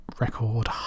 record